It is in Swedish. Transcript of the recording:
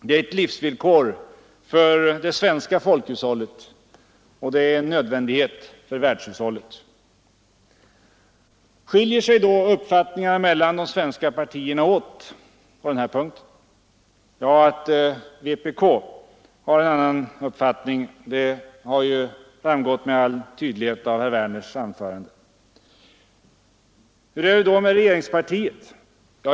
Det är ett livsvillkor för det svenska folkhushållet, och det är en nödvändighet för världshushållet. Skiljer sig då uppfattningarna mellan de svenska partierna åt på denna punkt? Att vpk har en annan uppfattning har framgått med all tydlighet av herr Werners anförande. Hur är det då med regeringspartiet?